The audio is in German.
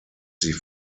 sie